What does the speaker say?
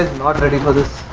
not ready for this,